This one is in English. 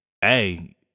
hey